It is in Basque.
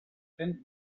zen